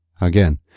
Again